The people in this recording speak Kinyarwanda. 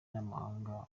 n’amahanga